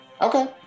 Okay